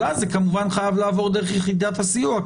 אז זה כמובן חייב לעבור דרך יחידת הסיוע,